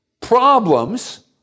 problems